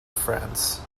france